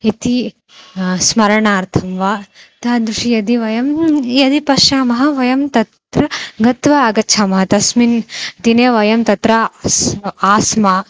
इति स्मरणार्थं वा तादृशं यदि वयं यदि पश्यामः वयं तत्र गत्वा आगच्छामः तस्मिन् दिने वयं तत्र अस्य आस्म